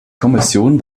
kommission